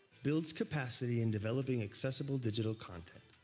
builds capacity in developing accessible digital content.